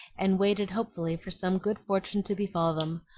and waited hopefully for some good fortune to befall them,